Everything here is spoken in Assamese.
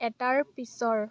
এটাৰ পিছৰ